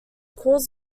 cause